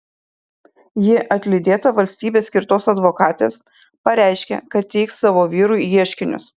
ji atlydėta valstybės skirtos advokatės pareiškė kad teiks savo vyrui ieškinius